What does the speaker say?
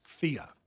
Thea